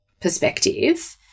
perspective